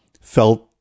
felt